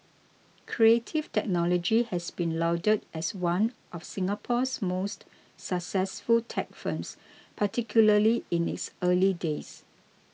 Creative Technology has been lauded as one of Singapore's most successful tech firms particularly in its early days